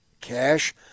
cash